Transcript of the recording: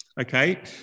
Okay